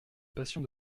passion